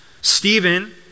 Stephen